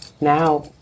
now